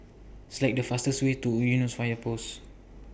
Select The fastest Way to Eunos Fire Post